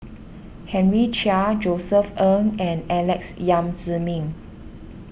Henry Chia Josef Ng and Alex Yam Ziming